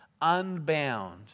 unbound